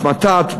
שמתת,